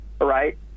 right